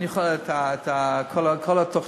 אני יכול את כל התוכניות,